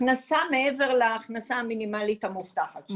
הכנסה מעבר להכנסה המינימלית המובטחת.